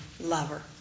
lover